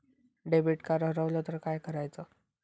Debit card हरवल तर काय करायच?